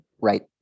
Right